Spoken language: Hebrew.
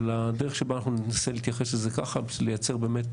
אבל הדרך שבה אנחנו ננסה להתייחס לזה ככה בשביל לייצר באמת